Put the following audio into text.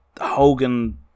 Hogan